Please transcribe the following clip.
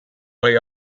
way